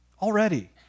Already